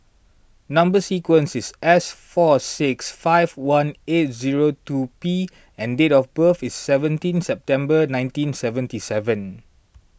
Number Sequence is S four six five one eight zero two P and date of birth is seventeen September nineteen seventy seven